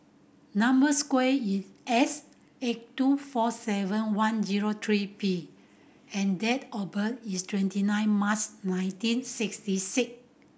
number square is S eight two four seven one zero three P and date of birth is twenty nine March nineteen sixty six